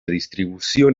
distribución